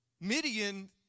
Midian